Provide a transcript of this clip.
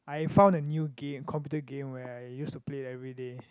I found the new game computer game where I use to play everyday